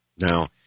Now